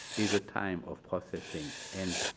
is the time of processing. and